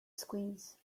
squeeze